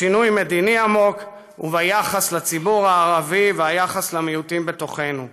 שינוי מדיני עמוק ביחס לציבור הערבי וביחס למיעוטים בתוכנו.